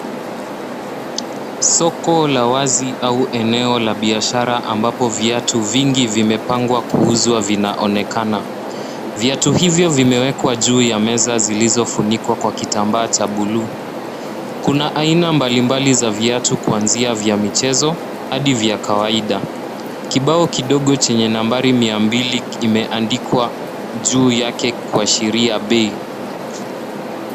Soko la wazi au eneo la biashara la biashara ambapo viatu vingi vimepangwa kwa kuuzwa vinaonekana. Viatu hivyo vimewekwa juu ya meza zilizofunikwa kwa kitamba cha buluu. Kuna aina mbalimbali za viatu kuanzia vya michezo hadi vya kawaida. Kibao kidogo chenye nambari mia mbili imeandikwa juu yake kuashiria bei.